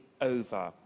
over